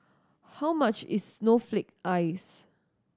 how much is snowflake ice